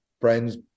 friends